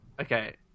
Okay